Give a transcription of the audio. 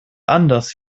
anders